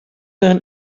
learn